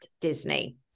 Disney